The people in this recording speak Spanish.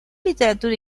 literatura